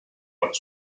what